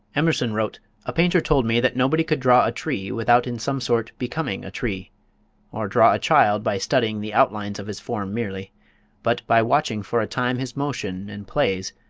emerson wrote a painter told me that nobody could draw a tree without in some sort becoming a tree or draw a child by studying the outlines of his form merely but, by watching for a time his motion and plays,